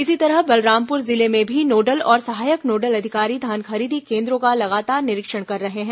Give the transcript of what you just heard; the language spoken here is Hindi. इसी तरह बलरामपुर जिले में भी नोडल और सहायक नोडल अधिकारी धान खरीदी केन्द्रों का लगातार निरीक्षण कर रहे हैं